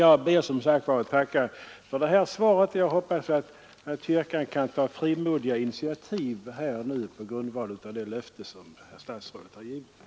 Jag ber som sagt att få tacka för detta svar och hoppas att kyrkan kan ta frimodiga initiativ på grundval av det löfte som statsrådet nu har givit.